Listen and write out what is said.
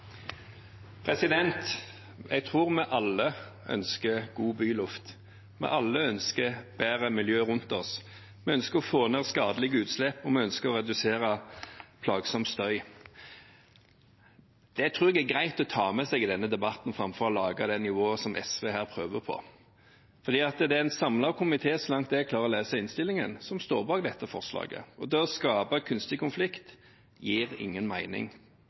Jeg tror vi alle ønsker god byluft, at vi alle ønsker bedre miljø rundt oss. Vi ønsker å få ned skadelige utslipp, og vi ønsker å redusere plagsom støy. Det tror jeg er greit å ta med seg i denne debatten framfor å lage det nivået som SV her prøver på. Det er en samlet komité som, så langt jeg klarer å lese innstillingen, står bak dette forslaget. Da å skape en kunstig konflikt gir ingen